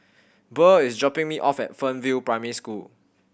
Burr is dropping me off at Fernvale Primary School